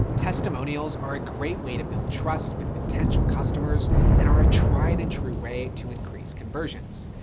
testimonials are a great way to build trust with potential customers and our a tried and true way to increase conversions.